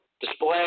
Display